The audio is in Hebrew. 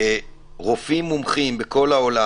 ורק אתמול זה קרה בפעם הראשונה.